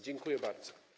Dziękuję bardzo.